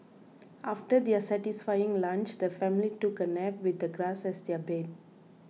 after their satisfying lunch the family took a nap with the grass as their bed